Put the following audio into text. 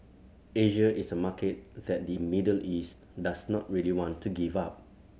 Asia is a market that the Middle East does not really want to give up